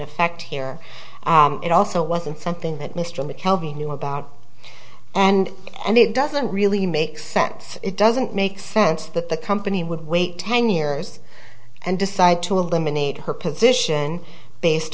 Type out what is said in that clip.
effect here it also wasn't something that mr mccullough he knew about and and it doesn't really make sense it doesn't make sense that the company would wait ten years and decide to eliminate her position based